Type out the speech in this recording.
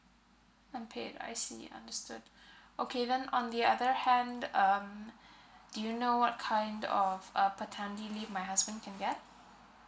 unpaid I see understood okay then on the other hand um do you know what kind of uh paternity leave my husband can get